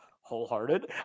wholehearted